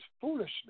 foolishness